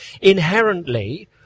Inherently